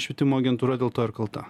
švietimo agentūra dėl to ir kalta